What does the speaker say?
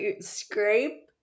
scrape